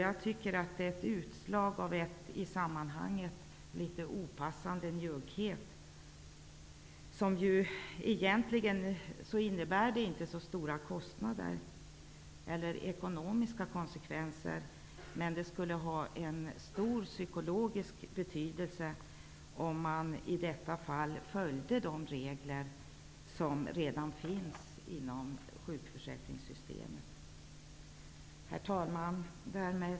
Jag tycker att det är ett utslag av en i sammanhanget opassande njugghet att då säga nej till Vänsterpartiets förslag vad gäller antalet semesterlönegrundande dagar. Det innebär ju egentligen inte så stora ekonomiska konsekvenser, men det skulle ha en stor psykologisk betydelse om man i detta fall följde de regler som redan finns inom sjukförsäkringen. Herr talman!